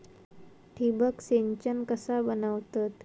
ठिबक सिंचन कसा बनवतत?